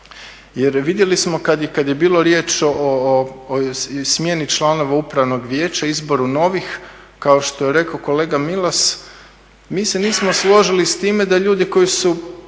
Jer vidjeli smo kad je bilo riječ o smjeni članova upravnog vijeća i izboru novih kao što je rekao kolega Milas mi se nismo složili s time da ljudi koji su